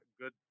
good